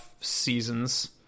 seasons